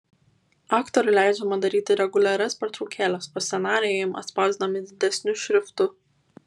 aktoriui leidžiama daryti reguliarias pertraukėles o scenarijai jam atspausdinami didesniu šriftu